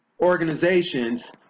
organizations